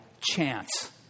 chance